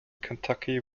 kentucky